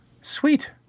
Sweet